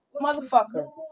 Motherfucker